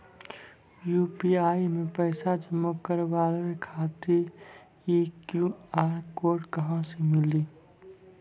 UPI मे पैसा जमा कारवावे खातिर ई क्यू.आर कोड कहां से मिली?